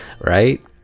right